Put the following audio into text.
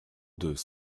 deux